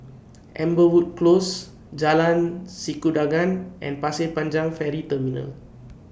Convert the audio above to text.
Amberwood Close Jalan Sikudangan and Pasir Panjang Ferry Terminal